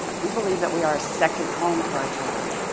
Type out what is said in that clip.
we believe that we are a second home to our children.